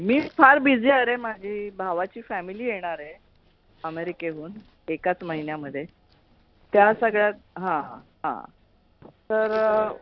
मीच फार बिझी आहे रे माझी भावाची फॅमिली येणार आहे अमेरिकेहून एकाच महिन्यामध्ये त्या सगळ्यात हां हां तर